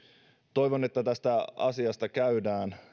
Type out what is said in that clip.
toivon että tästä asiasta käydään